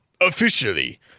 Officially